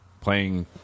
playing